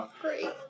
Great